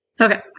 Okay